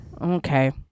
okay